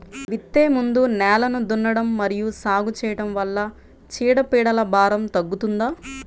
విత్తే ముందు నేలను దున్నడం మరియు సాగు చేయడం వల్ల చీడపీడల భారం తగ్గుతుందా?